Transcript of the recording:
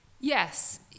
Yes